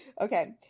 Okay